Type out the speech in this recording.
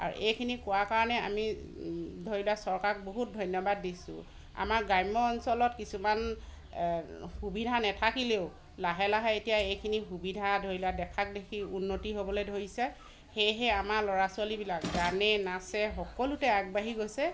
আৰু এইখিনি কোৱা কাৰণে আমি ধৰি লোৱা চৰকাৰক বহুত ধন্যবাদ দিছোঁ আমাৰ গ্ৰাম্য অঞ্চলত কিছুমান সুবিধা নেথাকিলেও লাহে লাহে এতিয়া এইখিনি সুবিধা ধৰি লোৱা দেখাক দেখি উন্নতি হ'বলৈ ধৰিছে সেয়েহে আমাৰ ল'ৰা ছোৱালীবিলাক গানে নাচে সকলোতে আগবাঢ়ি গৈছে